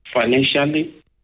financially